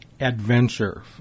Adventure